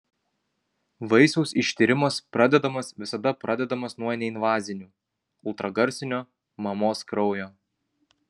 vaisiaus ištyrimas pradedamas visada pradedamas nuo neinvazinių ultragarsinio mamos kraujo